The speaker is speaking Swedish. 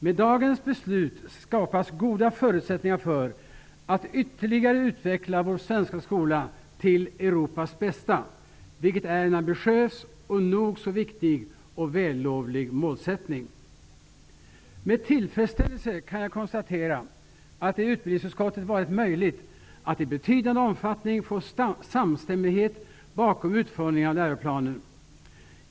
Med dagens beslut skapas goda förutsättningar för att ytterligare utveckla vår svenska skola till Europas bästa, vilket är en ambitiös och nog så viktig och vällovlig målsättning. Med tillfredsställelse kan jag konstatera att det i utbildningsutskottet varit möjligt att i betydande omfattning uppnå samstämmighet bakom utformningen av läroplanen.